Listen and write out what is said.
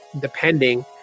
depending